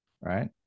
right